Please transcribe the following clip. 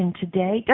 today